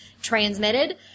transmitted